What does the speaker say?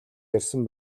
ярьсан